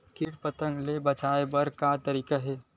कीट पंतगा ले बचाय बर का तरीका हे?